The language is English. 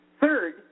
Third